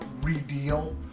redeal